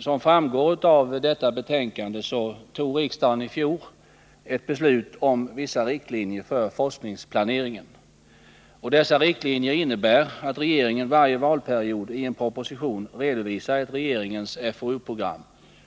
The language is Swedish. Som framgår av detta betänkande fattade riksdagen i fjol ett beslut om vissa riktlinjer för forskningsplaneringen. Dessa riktlinjer innebär att regeringen för varje valperiod i en proposition redovisar ett regeringens FoU-program.